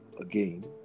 again